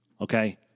Okay